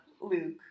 Luke